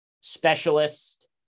specialist